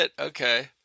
okay